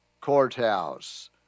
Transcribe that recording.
Courthouse